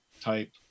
type